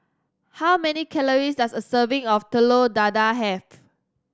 how many calories does a serving of Telur Dadah have